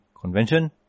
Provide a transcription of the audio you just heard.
convention